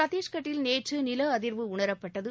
சத்தீஸ்கட்டில் நேற்று நில அதிர்வு உணரப்பட்டது